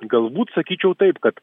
galbūt sakyčiau taip kad